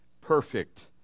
perfect